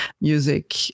music